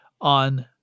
on